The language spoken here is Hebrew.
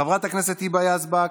חברת הכנסת היבה יזבק,